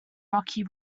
rocky